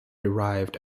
derived